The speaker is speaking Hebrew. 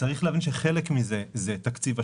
צריך להבין שחלק מזה זה תקציב אשראי,